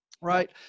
right